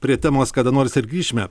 prie temos kada nors ir grįšime